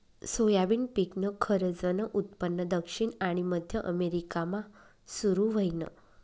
soybean पिकनं खरंजनं उत्पन्न दक्षिण आनी मध्य अमेरिकामा सुरू व्हयनं